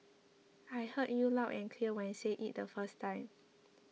I heard you loud and clear when you said it the first time